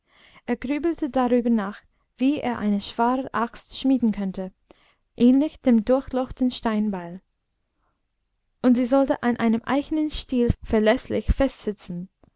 er grübelte darüber nach wie er eine schwere axt schmieden könnte ähnlich dem durchlochten steinbeil und sie sollte an einem eichenen stiel verläßlich festsitzen